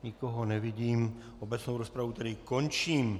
Nikoho nevidím, obecnou rozpravu tedy končím.